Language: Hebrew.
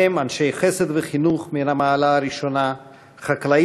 ובהם אנשי חסד וחינוך מן המעלה הראשונה וחקלאים